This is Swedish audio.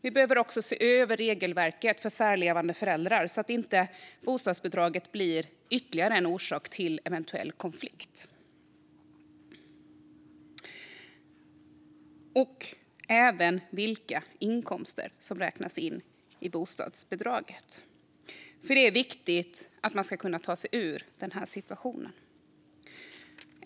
Vi behöver också se över regelverket för särlevande föräldrar, så att inte bostadsbidraget blir ytterligare en orsak till eventuell konflikt. Vi behöver också se över vilka inkomster som räknas in i bostadsbidraget. Det är viktigt att man ska kunna ta sig ur denna situation.